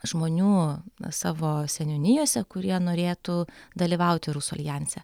žmonių savo seniūnijose kurie norėtų dalyvauti rusų aljanse